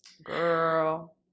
girl